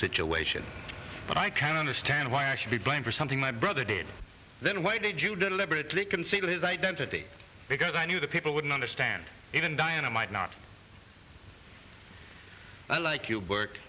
situation but i can understand why i should be blamed for something my brother did then why did you deliberately conceal his identity because i knew the people wouldn't understand even diana might not like you work